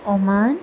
Oman